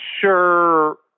sure